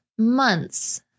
months